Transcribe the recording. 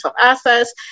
access